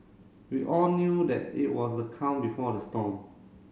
we all knew that it was the calm before the storm